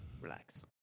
Relax